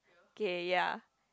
K ya